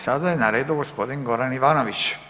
Sada je na redu g. Goran Ivanović.